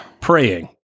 praying